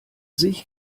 sich